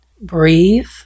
breathe